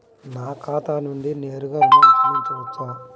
నా ఖాతా నుండి నేరుగా ఋణం చెల్లించవచ్చా?